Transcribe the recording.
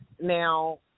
now